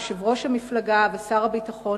יושב-ראש המפלגה ושר הביטחון,